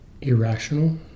irrational